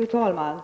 Fru talman!